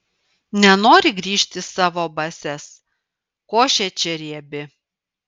nenori grįžt į savo bazes košė čia riebi